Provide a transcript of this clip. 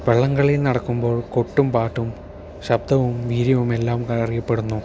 വള്ളംകളി നടക്കുമ്പോൾ കൊട്ടും പാട്ടും ശബ്ദവും വീര്യവുമെല്ലാം നിറയപെടുന്നു